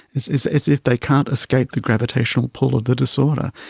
it's it's as if they can't escape the gravitational pull of the disorder.